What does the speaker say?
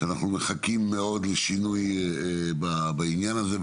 שאנחנו מחכים מאוד לשינוי בעניין הזה ,